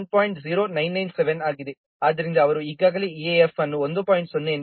ಆದ್ದರಿಂದ ಅವರು ಈಗಾಗಲೇ EAF ಅನ್ನು 1